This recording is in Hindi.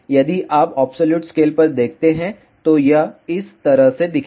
यदि आप अब्सोल्युट स्केल पर देखते हैं तो यह इस तरह दिखेगा